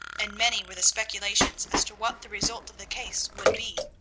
and many were the speculations as to what the result of the case would be.